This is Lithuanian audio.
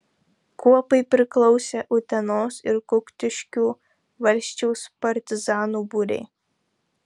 kuopai priklausė utenos ir kuktiškių valsčiaus partizanų būriai